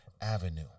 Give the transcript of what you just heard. Avenue